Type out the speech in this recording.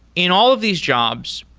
in all of these jobs,